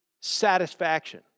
satisfaction